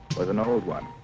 was an old one.